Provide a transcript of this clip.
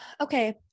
Okay